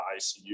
ICU